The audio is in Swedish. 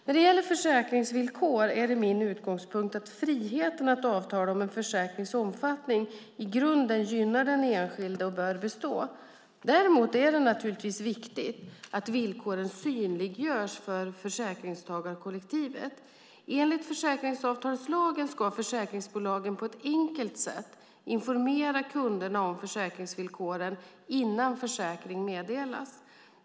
När det gäller försäkringsvillkor är det min utgångspunkt att friheten att avtala om en försäkrings omfattning i grunden gynnar den enskilde och bör bestå. Däremot är det naturligtvis viktigt att villkoren synliggörs för försäkringstagarkollektivet. Enligt försäkringsavtalslagen ska försäkringsbolagen på ett enkelt sätt informera kunderna om försäkringsvillkoren innan försäkringen meddelas.